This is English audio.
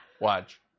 Watch